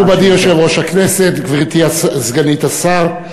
מכובדי יושב-ראש הכנסת, גברתי סגנית השר,